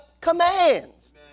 commands